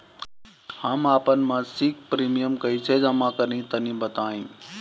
हम आपन मसिक प्रिमियम कइसे जमा करि तनि बताईं?